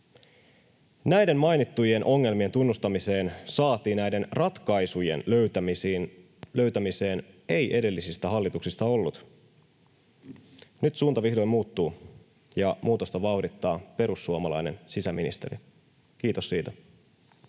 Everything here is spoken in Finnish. Näiden mainittujen ongelmien tunnustamiseen, saati näiden ratkaisujen löytämiseen, ei edellisistä hallituksista ollut. Nyt suunta vihdoin muuttuu ja muutosta vauhdittaa perussuomalainen sisäministeri — kiitos siitä.